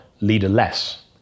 leaderless